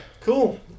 Cool